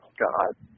god